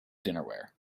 dinnerware